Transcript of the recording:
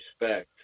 respect